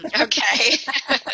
okay